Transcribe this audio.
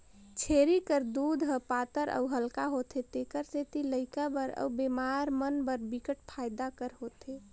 छेरी कर दूद ह पातर अउ हल्का होथे तेखर सेती लइका बर अउ बेमार मन बर बिकट फायदा कर होथे